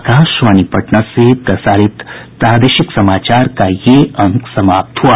इसके साथ ही आकाशवाणी पटना से प्रसारित प्रादेशिक समाचार का ये अंक समाप्त हुआ